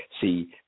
See